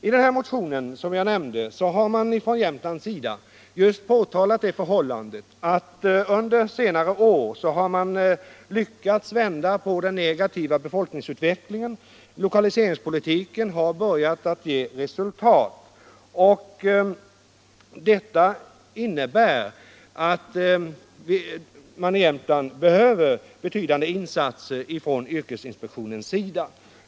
I motionen har man pekat på det förhållandet att den negativa befolkningsutvecklingen i Jämtland vänt under senare år. Cokaliseringspolitiken har börjat ge resultat. och deta får till följd att man i Jämtland behöver betydande insatser från yrkesinspektionen.